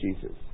Jesus